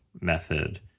method